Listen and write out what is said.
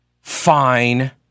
Fine